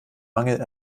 mangel